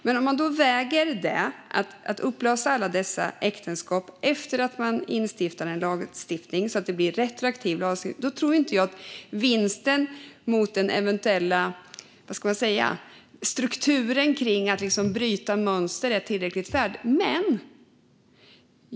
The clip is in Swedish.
Men jag tror inte att vinsten av att instifta en lag och retroaktivt upplösa alla dessa äktenskap, vägd mot att bryta mönster i den eventuella strukturen, är tillräckligt mycket värd.